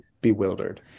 bewildered